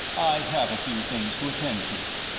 i have a few things to attend to.